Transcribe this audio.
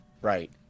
right